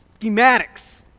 schematics